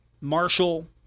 Marshall